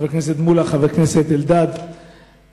הם חבר הכנסת מולה, חבר הכנסת אלדד ואנוכי.